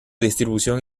distribución